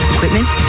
Equipment